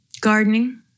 gardening